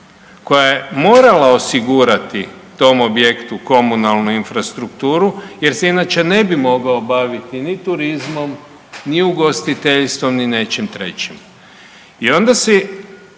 koja je morala osigurati tom objektu komunalnu infrastrukturu jer se inače ne bi mogao baviti ni turizmom, ni ugostiteljstvom, ni nečim trećim. I onda si